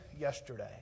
yesterday